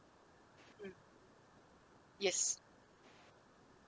mm yes